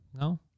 No